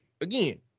again